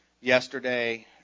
yesterday